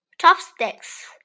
chopsticks